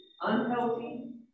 unhealthy